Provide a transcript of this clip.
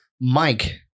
Mike